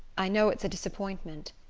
i know it's a disappointment.